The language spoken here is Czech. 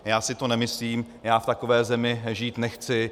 Já si to nemyslím, já v takové zemi žít nechci.